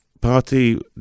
party